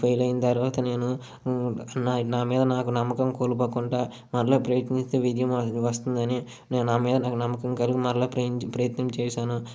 ఆ ఫెయిల్ అయిన తర్వాత నేను నా మీద నాకు నమ్మకం కోల్పోకుండా మళ్ళీ ప్రయత్నిస్తే విజయం వస్తుందని నే నా మీద నాకు నమ్మకం కలిగి మళ్ళీ ప్రయత్ ప్రయత్నం చేశాను